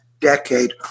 decade